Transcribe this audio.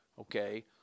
okay